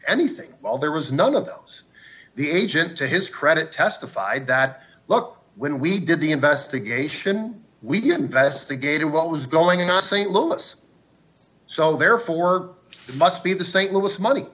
anything while there was none of those the agent to his credit testified that look when we did the investigation we investigated what was going on st louis so therefore it must be the st louis money